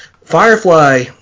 Firefly –